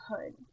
hood